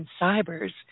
Cyber's